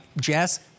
Jess